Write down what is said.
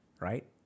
Right